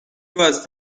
رواز